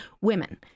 women